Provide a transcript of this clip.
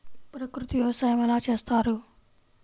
ప్రకృతి వ్యవసాయం ఎలా చేస్తారు?